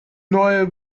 neue